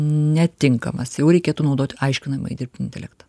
netinkamas jau reikėtų naudot aiškinamąjį dirbtinį intelektą